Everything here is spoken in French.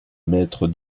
maître